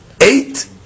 Eight